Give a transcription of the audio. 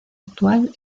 actual